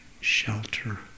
shelter